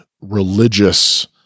religious